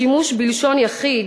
השימוש בלשון יחיד,